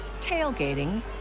tailgating